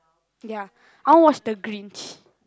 ya I want watch the Grinch